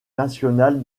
national